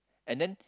and then